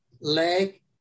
leg